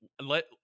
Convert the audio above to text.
let